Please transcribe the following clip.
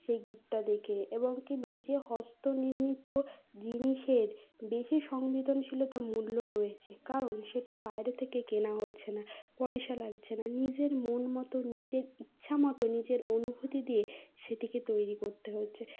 সেই গিফটটা দেখে এবং কী নিজে হস্তনির্মিত জিনিসের বেশি সংবেদনশীলতা মূল্য রয়েছে কারণ সেটা বাইরে থেকে কেনা হচ্ছে না পয়সা লাগছে না নিজের মন মতন নিজের ইচ্ছা মতো নিজের অনুভূতি দিয়ে সেটাকে তৈরি করতে হচ্ছে